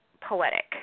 poetic